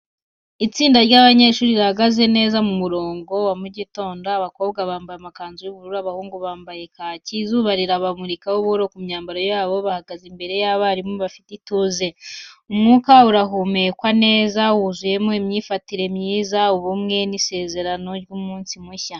Itsinda ry’abanyeshuri rihagaze neza mu murongo wa mu gitondo, abakobwa bambaye amakanzu y'ubururu, abahungu bambaye kaki. Izuba riramurika buhoro ku myambaro yabo, bahagaze imbere y’abarimu bafite ituze. Umwuka urahumekwa neza, wuzuyemo imyifatire myiza, ubumwe n’isezerano ry’umunsi mushya.